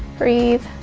breathe,